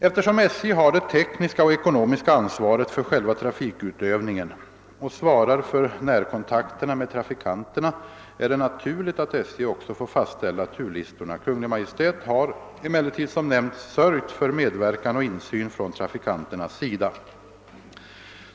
Eftersom SJ har det tekniska och ekonomiska ansvaret för själva trafikutövningen och svarar för närkontakterna med trafikanterna är det naturligt att SJ också får fastställa turlistorna. Kungl. Maj:t har emellertid, som nämnts, sörjt för medverkan och insyn från trafikanternas sida.